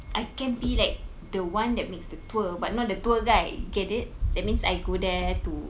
I can be like the one that makes the tour but not the tour guide get it that means I go there to